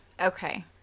Okay